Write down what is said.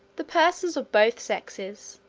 the persons of both sexes,